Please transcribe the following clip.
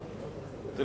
בבקשה.